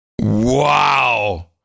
wow